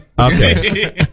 Okay